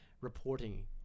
reporting